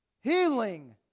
Healing